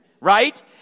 right